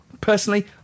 Personally